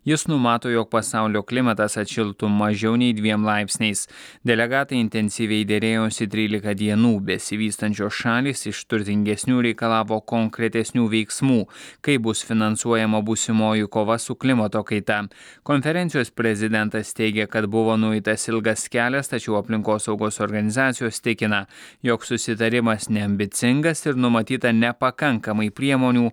jis numato jog pasaulio klimatas atšiltų mažiau nei dviem laipsniais delegatai intensyviai derėjosi trylika dienų besivystančios šalys iš turtingesnių reikalavo konkretesnių veiksmų kaip bus finansuojama būsimoji kova su klimato kaita konferencijos prezidentas teigė kad buvo nueitas ilgas kelias tačiau aplinkosaugos organizacijos tikina jog susitarimas neambicingas ir numatyta nepakankamai priemonių